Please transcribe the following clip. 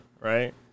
right